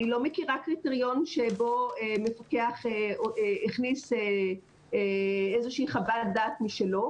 אני לא מכירה קריטריון שבו מפקח הכניס איזושהי חוות דעת משלו.